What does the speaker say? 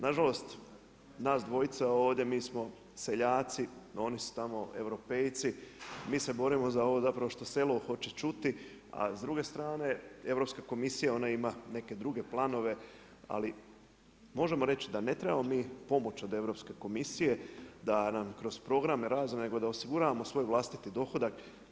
Nažalost, nas dvojica ovdje, mi smo seljaci, a oni su tamo europejci, mi se borimo zapravo za ono što selo hoće čuti, a s druge strane Europska komisija, ona ima neke druge planove, ali možemo reći, da ne trebamo mi pomoć Europske komisije, da nam kroz program i razvoj, nego da osiguramo svoj vlastiti dohodak.